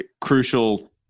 crucial